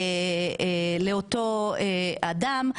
לאותו אדם,